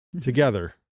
together